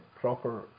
proper